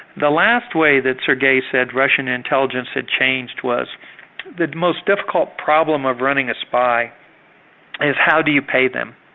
the last way that sergei said russian intelligence had changed was that the most difficult problem of running a spy is how do you pay them?